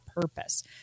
purpose